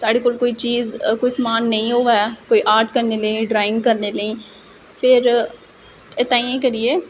साढ़े कोल कोई चीज कोई समान नेई होवे कोई आर्ट करने लेई ड्राइंग करने लेई फिर ताहियें